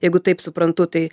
jeigu taip suprantu tai